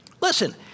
Listen